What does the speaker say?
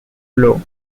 low